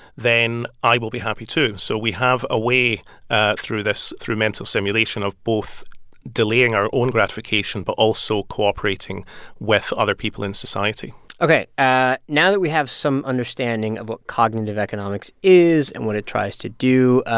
then i will be happy, too. so we have a way ah through this through mental simulation of both delaying our own gratification but also cooperating with other people in society ok. ah now that we have some understanding of what cognitive economics is and what it tries to do,